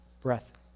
breath